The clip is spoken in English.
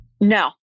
No